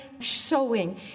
sewing